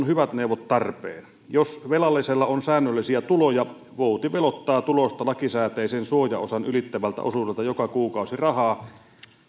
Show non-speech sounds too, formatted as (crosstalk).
(unintelligible) hyvät neuvot tarpeen jos velallisella on säännöllisiä tuloja vouti veloittaa tuloista lakisääteisen suojaosan ylittävältä osuudelta joka kuukausi rahaa